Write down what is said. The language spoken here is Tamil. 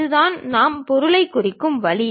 இதுதான் நாம் பொருளைக் குறிக்கும் வழி